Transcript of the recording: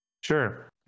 Sure